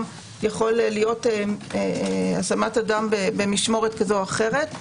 יכול להיות השמת אדם במשמורת כזו או אחרת,